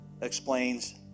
explains